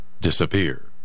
disappear